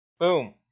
boom